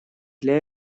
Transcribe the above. для